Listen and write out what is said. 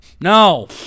no